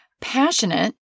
passionate